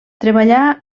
treballà